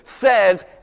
says